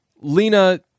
Lena